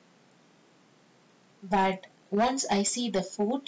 but once I see the food